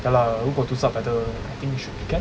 ya lah 如果读 subtitle I think should be can